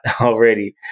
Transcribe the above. already